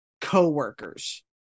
co-workers